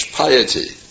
piety